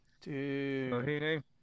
Dude